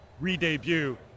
re-debut